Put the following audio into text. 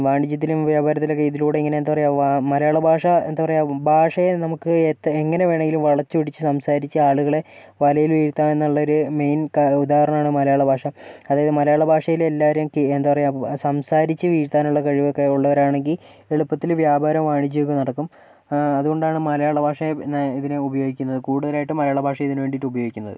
വാണിജ്യത്തിനും വ്യാപാരത്തിനും ഒക്കെ ഇതിലൂടെ ഇങ്ങനെ എന്താ പറയുക മലയാള ഭാഷ എന്താ പറയുക ഭാഷയെ നമുക്ക് എങ്ങനെ വേണമെങ്കിലും വളച്ച് ഒടിച്ച് സംസാരിച്ച് ആളുകളെ വലയില് വീഴ്ത്താം എന്നുള്ളൊര് മെയിൻ ഉദാഹരണമാണ് മലയാള ഭാഷ അതായത് മലയാള ഭാഷയിൽ എല്ലാവരേയും എന്താ പറയുക സംസാരിച്ച് വീഴ്ത്താനുള്ള കഴിവൊക്കെ ഉള്ളവരാണെങ്കിൽ എളുപ്പത്തില് വ്യാപാരവും വാണിജ്യവും ഒക്കെ നടക്കും അതുകൊണ്ടാണ് മലയാള ഭാഷയെ പിന്നെ ഇതിന് ഉപയോഗിക്കുന്നത് കൂടുതലായിട്ടും മലയാള ഭാഷയെ ഇതിനുവേണ്ടിയിട്ട് ഉപയോഗിക്കുന്നത്